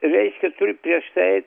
reiškia turi prieš tai eit